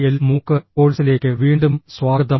L MOOC കോഴ്സിലേക്ക് വീണ്ടും സ്വാഗതം